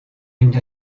une